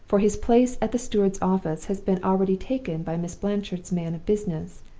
for his place at the steward's office has been already taken by miss blanchard's man of business,